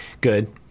good